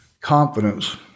confidence